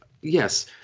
Yes